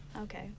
Okay